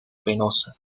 penosa